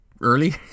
early